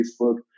Facebook